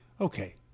Okay